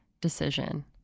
decision